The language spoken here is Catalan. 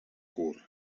curt